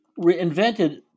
reinvented